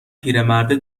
پیرمرده